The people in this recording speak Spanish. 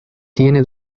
tiene